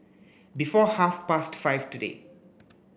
before half past five today